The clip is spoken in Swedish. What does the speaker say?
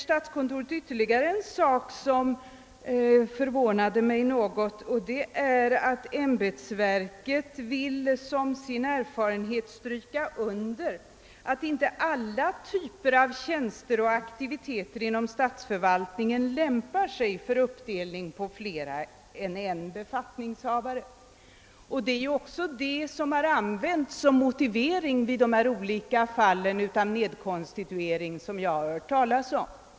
Statskontoret skriver ytterligare något som förvånar mig: »Ämbetsverket vill dock som sin erfarenhet understryka att inte alla typer av tjänster eller aktiviteter inom statsförvaltningen synes lämpa sig för uppdelning på flera än en befattningshavare.» Den motiveringen har använts vid nedkonstitueringen i de fall som jag har hört talas om.